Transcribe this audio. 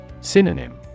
Synonym